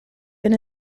been